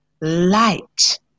light